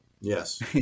yes